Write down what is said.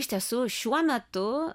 iš tiesų šiuo metu